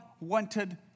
wanted